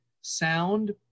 sound